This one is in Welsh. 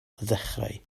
ddechrau